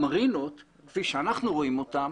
המרינות, כפי שאנחנו רואים אותן,